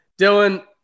Dylan